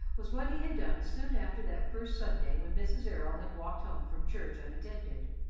was what he had done soon after that first sunday when mrs. errol had walked home from church unattended.